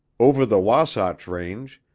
over the wahsatch range,